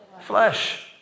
flesh